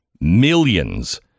millions